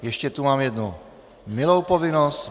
Ještě tu mám jednu milou povinnost.